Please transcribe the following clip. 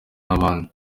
n’abandi